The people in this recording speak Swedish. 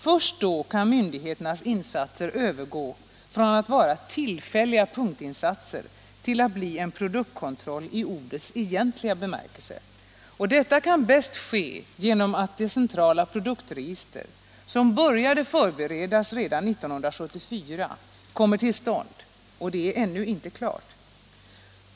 Först då kan myndigheternas insatser övergå från att vara tillfälliga punktinsatser till att bli en produktkontroll i ordets egentliga bemärkelse. Detta kan bäst ske genom att det centrala produktregistret som började förberedas redan 1974 kommer till stånd. Det är ännu inte klart.